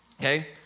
okay